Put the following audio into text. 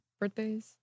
Birthdays